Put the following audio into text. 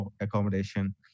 accommodation